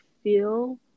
feel